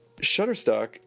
Shutterstock